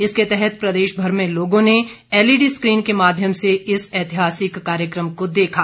इसके तहत प्रदेशभर में लोगों ने एलईडी स्क्रीन के माध्यम से इस ऐतिहासिक कार्यक्रम को देखा